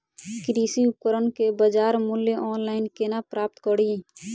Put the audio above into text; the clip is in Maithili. कृषि उपकरण केँ बजार मूल्य ऑनलाइन केना प्राप्त कड़ी?